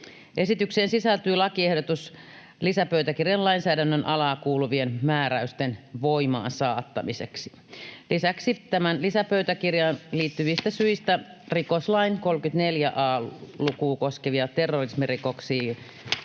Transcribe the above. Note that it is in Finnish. Esitykseen sisältyy lakiehdotus lisäpöytäkirjan lainsäädännön alaan kuuluvien määräysten voimaansaattamiseksi. Lisäksi tämän lisäpöytäkirjan kohtaan liittyvistä syistä rikoslain 34 a luvun terrorismirikosten